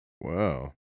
Wow